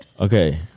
Okay